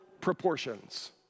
proportions